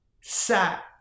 sat